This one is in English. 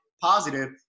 positive